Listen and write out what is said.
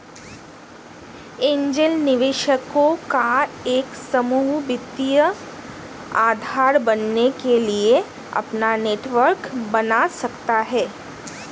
angel निवेशकों का एक समूह वित्तीय आधार बनने के लिए अपना नेटवर्क बना सकता हैं